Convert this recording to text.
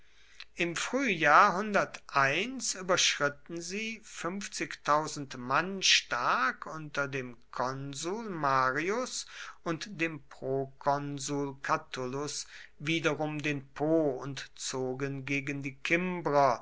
im frühjahr überschritten sie mann stark unter dem konsul marius und dem prokonsul catulus wiederum den po und zogen gegen die kimbrer